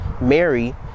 Mary